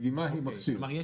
כלומר,